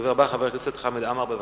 הדובר הבא, חבר הכנסת חמד עמאר, בבקשה.